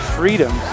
freedom